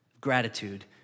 gratitude